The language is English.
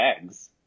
eggs